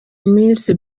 miss